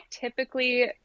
typically